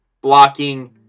blocking